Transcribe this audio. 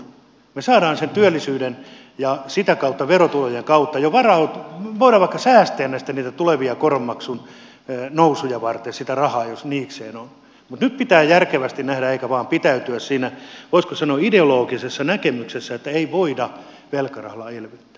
me saamme sen työllisyyden ja sitä kautta verotulojen kautta ja voidaan vaikka säästää näistä tulevia koronmaksun nousuja varten sitä rahaa jos niikseen on mutta nyt pitää järkevästi nähdä eikä vain pitäytyä siinä voisiko sanoa ideologisessa näkemyksessä että ei voida velkarahalla elvyttää